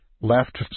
left